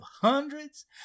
hundreds